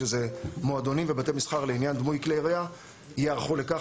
שזה מועדונים ובתי מסחר לעניין דמוי כלי ירייה ייערכו לכך.